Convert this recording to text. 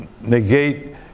negate